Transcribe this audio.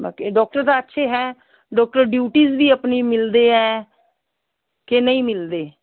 ਬਾਕੀ ਡੋਕਟਰ ਤਾਂ ਅੱਛੇ ਹੈ ਡੋਕਟਰ ਡਿਊਟੀਜ਼ ਵੀ ਆਪਣੇ ਮਿਲਦੇ ਹੈ ਕਿ ਨਹੀਂ ਮਿਲਦੇ